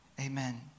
Amen